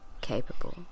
capable